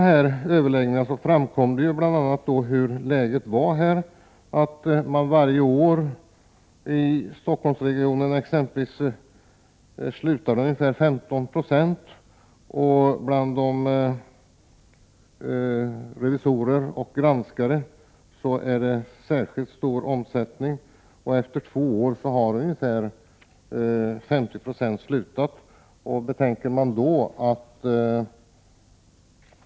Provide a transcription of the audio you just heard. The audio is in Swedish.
Vid dessa överläggningar har det framkommit bl.a. hur läget är för närvarande. I t.ex. Stockholmsregionen slutar varje år 15 90 av personalen. Det är särskilt stor omsättning bland revisorer och granskare. Efter två år har ungefär 50 960 av dessa slutat.